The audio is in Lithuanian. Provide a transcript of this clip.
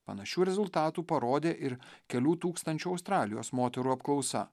panašių rezultatų parodė ir kelių tūkstančių australijos moterų apklausa